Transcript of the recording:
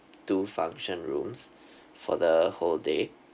two function rooms for the whole day